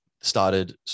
started